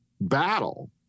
battle